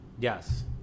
Yes